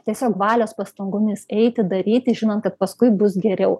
tiesiog valios pastangomis eiti daryti žinant kad paskui bus geriau